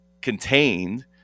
contained